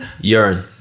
Urine